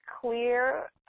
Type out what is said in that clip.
clear